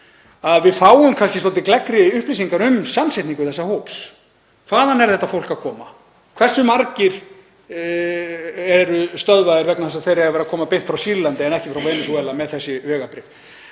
að við fáum svolítið gleggri upplýsingar um samsetningu þessa hóps. Hvaðan er þetta fólk að koma? Hversu margir eru stöðvaðir vegna þess að þeir eiga að vera að koma beint frá Sýrlandi en ekki Venesúela með þessi vegabréf?